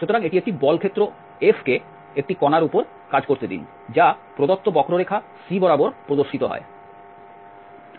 সুতরাং একটি বল ক্ষেত্র F কে একটি কণার উপর কাজ করতে দিন যা প্রদত্ত বক্ররেখা C বরাবর প্রদর্শিত হয়